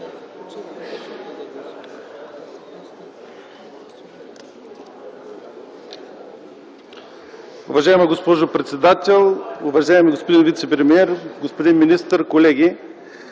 Уважаема госпожо председател, уважаеми господин вицепремиер, господин министър, колеги!